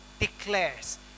declares